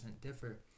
differ